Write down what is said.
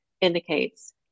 indicates